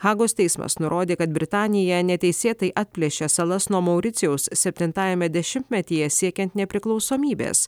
hagos teismas nurodė kad britanija neteisėtai atplėšė salas nuo mauricijaus septintajame dešimtmetyje siekiant nepriklausomybės